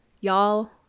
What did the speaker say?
Y'all